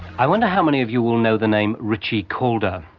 i wonder how many of you will know the name ritchie calder,